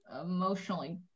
emotionally